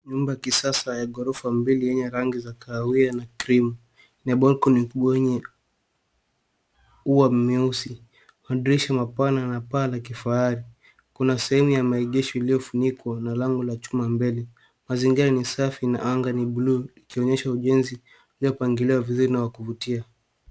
Nyumba kisasa ya ghorofa mbili yenye rangi za kahawia na krimu, na balcony ni wenye ua mweusi, madirisha mapana na paa la kifahari. Kuna sehemu ya maegesho iliyofunikwa na lango la chuma mbele. Mazingira ni safi na anga ni bluu, likionyesha ujenzi uliopangiliwa vizuri na wa kuvutia.